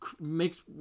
makes